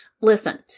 Listen